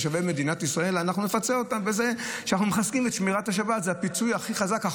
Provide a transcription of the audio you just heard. זה שבירת הסטטוס קוו, זה הפרת הסטטוס קוו.